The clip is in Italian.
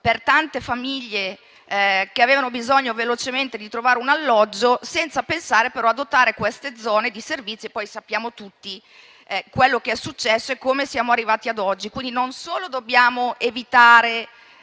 per tante famiglie che necessitavano urgentemente di un alloggio, senza pensare però a dotare quelle zone di servizi. E poi sappiamo tutti quello che è successo e come siamo arrivati ad oggi. Non solo dobbiamo evitare